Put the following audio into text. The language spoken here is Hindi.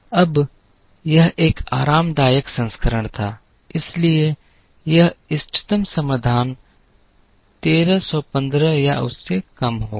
अब यह एक आरामदायक संस्करण था इसलिए यह इष्टतम समाधान 1315 या उससे कम होगा